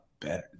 better